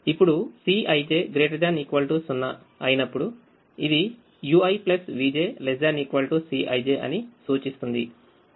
ఇప్పుడు Cꞌij ≥ 0 అయినప్పుడు ఇది uivj ≤ Cij అని సూచిస్తుంది